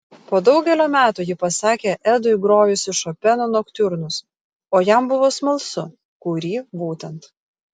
po daugelio metų ji pasakė edui grojusi šopeno noktiurnus o jam buvo smalsu kurį būtent